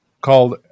called